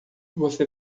você